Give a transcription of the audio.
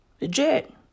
Legit